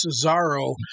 Cesaro